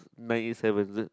nine eight seven is it